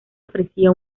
ofrecía